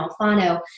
Alfano